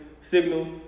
signal